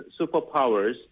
superpowers